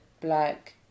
black